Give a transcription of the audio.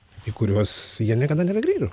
į kuriuos jie niekada nebegrįžo